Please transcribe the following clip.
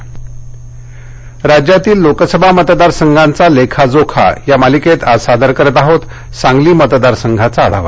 intro राज्यातील लोकसभा मतदारसंघांचा लेखाजोखा या मालिकेत आज सादर करत आहोत सांगली मतदारसंघाचा आढावा